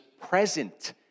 present